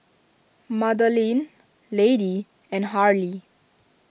Madeleine Lady and Harley